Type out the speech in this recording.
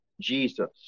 Jesus